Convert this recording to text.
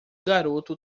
garoto